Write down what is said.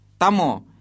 Tamo